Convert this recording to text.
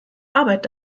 arbeit